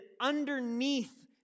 underneath